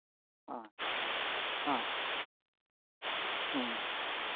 ꯑ ꯑ ꯎꯝ